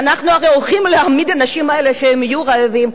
ואנחנו הרי הולכים להעמיד את האנשים האלה שהם יהיו רעבים.